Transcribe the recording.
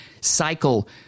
cycle